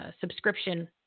subscription